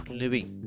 living